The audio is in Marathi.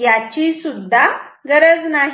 याची सुद्धा गरज नाही